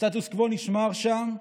הסטטוס קוו נשמר שם,